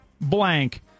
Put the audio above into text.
blank